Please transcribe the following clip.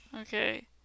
Okay